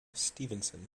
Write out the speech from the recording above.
stevenson